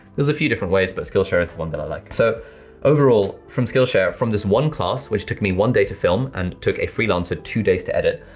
there's a few different ways but skillshare is the one that i like. so overall from skillshare, from this one class, which took me one day to film, and took a freelancer two days to edit.